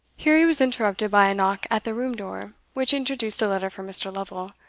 here he was interrupted by a knock at the room door, which introduced a letter for mr. lovel.